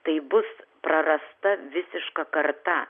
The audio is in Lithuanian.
tai bus prarasta visiška karta